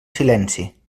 silenci